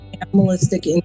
animalistic